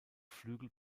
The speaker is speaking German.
flügel